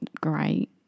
great